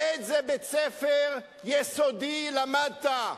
באיזה בית-ספר יסודי למדת?